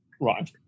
Right